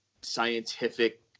scientific